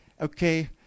okay